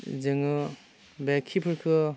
जोङो बे खिफोरखौ